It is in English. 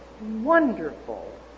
wonderful